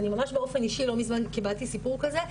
אני ממש באופן אישי קיבלתי סיפור כזה,